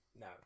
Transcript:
No